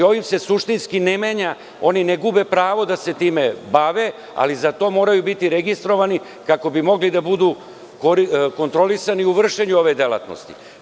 Ovim se suštinski ne menja, oni ne gube pravo da se time bave, ali za to moraju biti registrovani kako bi mogli da budu kontrolisani u vršenju ove delatnosti.